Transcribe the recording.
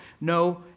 No